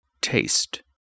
Taste